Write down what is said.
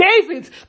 david